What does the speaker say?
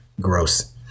Gross